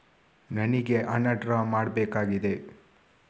ನನಿಗೆ ಹಣ ಡ್ರಾ ಮಾಡ್ಬೇಕಾಗಿದೆ